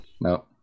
No